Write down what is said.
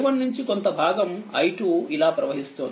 i1 నుంచి కొంత భాగం i2 ఇలా ప్రవహిస్తోంది